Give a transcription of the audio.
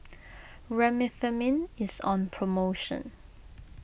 Remifemin is on promotion